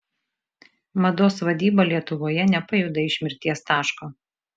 mados vadyba lietuvoje nepajuda iš mirties taško